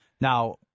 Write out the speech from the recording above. Now